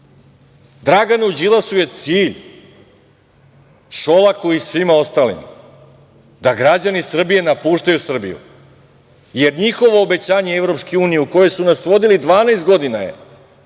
Draganu Đilasu je cilj, Šolaku i svima ostalima da građani Srbije napuštaju Srbiju, jer njihovo obećanje EU u koju su nas vodili 12 godina je